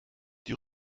die